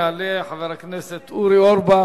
יעלה חבר הכנסת אורי אורבך,